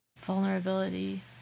vulnerability